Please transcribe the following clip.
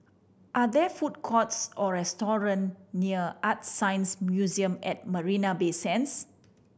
are there food courts or restaurant near ArtScience Museum at Marina Bay Sands